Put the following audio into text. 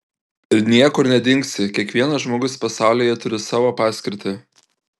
ir niekur nedingsi kiekvienas žmogus pasaulyje turi savo paskirtį